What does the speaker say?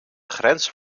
grens